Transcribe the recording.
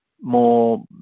more